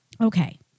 Okay